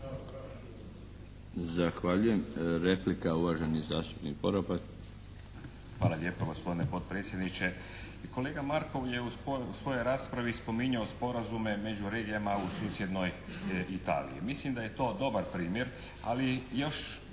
Zahvaljujem. Replika, uvaženi zastupnik Poropat. **Poropat, Valter (IDS)** Hvala lijepo gospodine potpredsjedniče. Kolega Markov je u svojoj raspravi spominjao sporazume među regijama u susjednoj Italiji. Mislim da je to dobar primjer, ali još